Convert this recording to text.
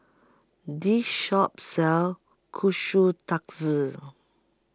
This Shop sells Kushikatsu